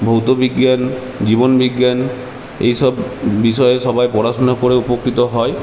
ভৌতবিজ্ঞান জীবনবিজ্ঞান এইসব বিষয়ে সবাই পড়াশোনা করে উপকৃত হয়